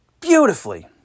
Beautifully